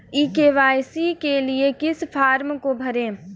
ई KYC के लिए किस फ्रॉम को भरें?